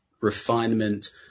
refinement